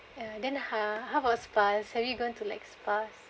uh then ho~ how about spas have you gone to like spas